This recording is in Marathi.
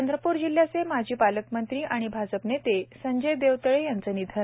चंद्रपूर जिल्ह्याचे माजी पालकमंत्री आणि भाजप नेते संजय देवतळे यांचे निधन